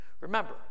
Remember